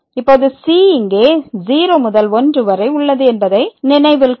இப்போது c இங்கே 0 முதல் 1 வரை உள்ளது என்பதை நினைவில் கொள்க